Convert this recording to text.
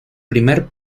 primer